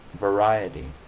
variety.